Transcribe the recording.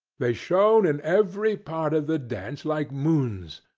they shone in every part of the dance like moons.